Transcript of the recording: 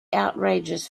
outrageous